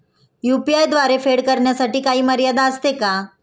UPI द्वारे फेड करण्यासाठी काही मर्यादा असते का?